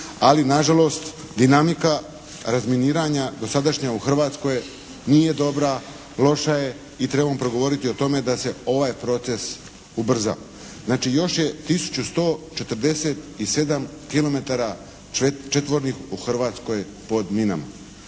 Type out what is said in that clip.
ali na žalost dinamika razminiranja dosadašnja u Hrvatskoj nije dobra, loša je i trebamo progovoriti o tome da se ovaj proces ubrza. Znači još je tisuću 147 kilometara četvornih u Hrvatskoj pod minama.